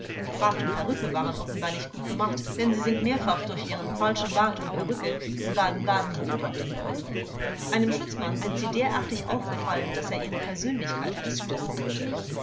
bart und perücke waren offenbar nicht gut gemacht denn sie sind mehrfach durch ihren falschen bart und perücke in baden-baden beobachtet worden einem schutzmann sind sie derartig aufgefallen daß er ihre persönlichkeit feststellen wollte